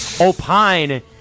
opine